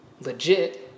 Legit